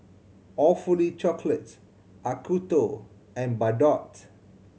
Awfully Chocolate Acuto and Bardot